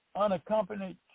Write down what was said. unaccompanied